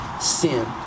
sin